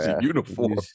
Uniform